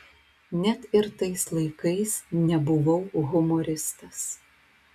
net ir tais laikais nebuvau humoristas